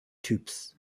typs